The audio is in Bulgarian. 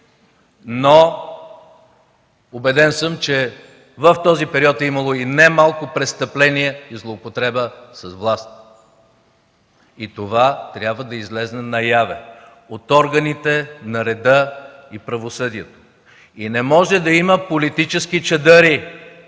но убеден съм, че в този период е имало немалко престъпления и злоупотреба с власт. И това трябва да излезе наяве от органите на реда и правосъдието. И не може да има политически чадъри